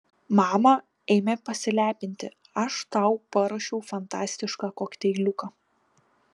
mama eime pasilepinti aš tau paruošiau fantastišką kokteiliuką